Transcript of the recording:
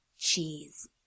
Cheese